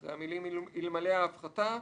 אחרי המילים "אלמלא ההפחתה"